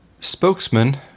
spokesman